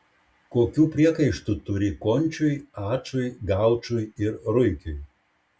kokių priekaištų turi končiui ačui gaučui ir ruikiui